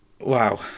Wow